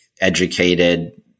educated